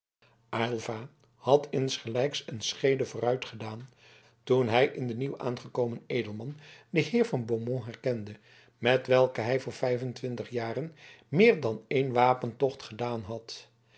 aylva had insgelijks een schrede vooruit gedaan toen hij in den nieuw aangekomen edelman den heer van beaumont herkende met welken hij voor vijf en twintig jaren meer dan één wapentocht gedaan had